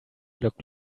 look